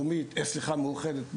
מאוחדת,